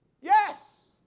Yes